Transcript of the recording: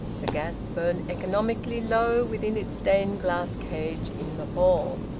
the gas burnt economically low within its stained-glass cage in the hall.